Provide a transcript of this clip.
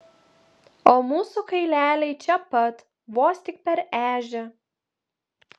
o mūsų kaileliai čia pat vos tik per ežią